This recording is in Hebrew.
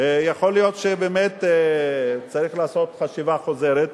יכול להיות שבאמת צריך לעשות חשיבה חוזרת.